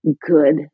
good